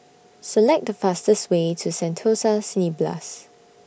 Select The fastest Way to Sentosa Cineblast